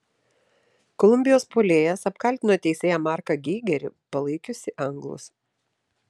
kolumbijos puolėjas apkaltino teisėją marką geigerį palaikiusį anglus